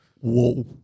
Whoa